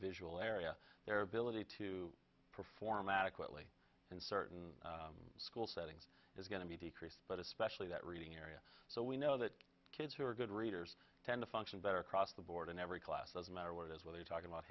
visual area their ability to perform adequately in certain school settings is going to be decreased but especially that reading area so we know that kids who are good readers tend to function better across the board in every class doesn't matter where it is when they talk about